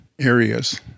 areas